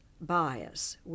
bias